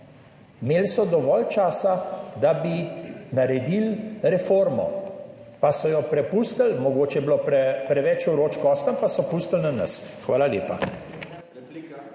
Imeli so dovolj časa, da bi naredili reformo, pa so jo prepustili, mogoče je bilo preveč vroč kostanj, pa so pustili na nas. Hvala lepa.